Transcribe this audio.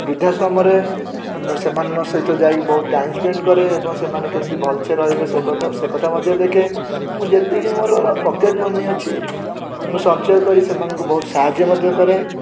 ବିଦ୍ୟା ସମୟରେ ସେମାନଙ୍କ ସହ ଯାଇକି ବହୁତ ଟାଇମ୍ ସ୍ପେଣ୍ଡ କରେ ଏବଂ ସେମାନେ କେମିତି ଭଲସେ ରହିବେ ସେକଥା ମଧ୍ୟ ଦେଖେ ମୁଁ ଯେତିକି ମୋର ପକେଟ୍ ମନି ଅଛି ମୁଁ ସଞ୍ଚୟ କରି ସେମାନଙ୍କୁ ସାହାଯ୍ୟ ମଧ୍ୟ କରେ